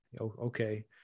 Okay